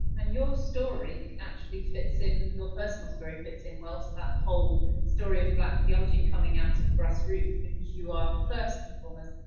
and your story actually fits in your personal story fits in well to that whole story of black theology coming out of grassroots, because you are first and foremost,